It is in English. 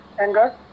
Anger